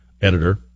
editor